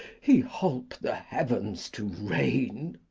he holp the heavens to rain.